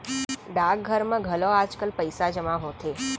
डाकघर म घलौ आजकाल पइसा जमा होथे